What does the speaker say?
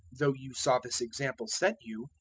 though you saw this example set you,